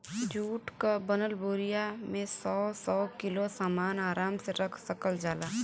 जुट क बनल बोरिया में सौ सौ किलो सामन आराम से रख सकल जाला